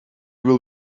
will